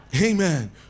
Amen